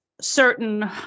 certain